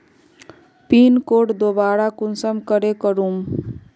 Pin code दोबारा कुंसम करे करूम?